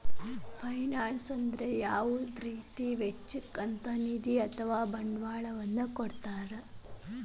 finance ಅಂದ್ರ ಯಾವುದ ರೇತಿ ವೆಚ್ಚಕ್ಕ ಅಂತ್ ನಿಧಿ ಅಥವಾ ಬಂಡವಾಳ ವನ್ನ ಸಂಗ್ರಹಿಸೊ ಪ್ರಕ್ರಿಯೆ